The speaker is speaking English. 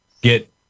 get